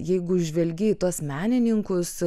jeigu žvelgi į tuos menininkus